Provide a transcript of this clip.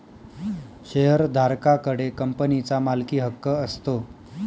शेअरधारका कडे कंपनीचा मालकीहक्क असतो